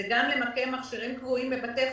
זה גם למקם מכשירים קבועים בבתי חולים,